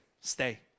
Stay